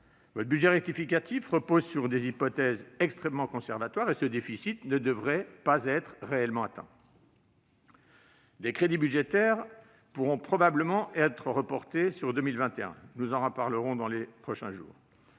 Votre budget rectificatif repose sur des hypothèses extrêmement conservatoires ; le déficit prévu ne devrait pas être réellement atteint. Des crédits budgétaires pourront probablement être reportés sur 2021- nous en reparlerons dans les prochains jours.